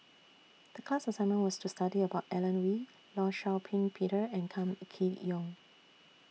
The class assignment was to study about Alan Oei law Shau Ping Peter and Kam Kee Yong